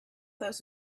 those